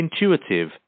intuitive